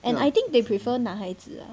and I think they prefer 男孩子